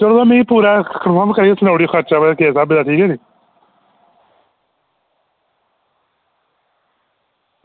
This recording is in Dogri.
ते तुस मिगी पूरा कंफर्म करियै सनाई ओड़ेओ पूरा खर्चा